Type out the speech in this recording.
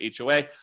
HOA